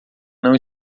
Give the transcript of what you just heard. não